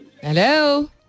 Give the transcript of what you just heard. Hello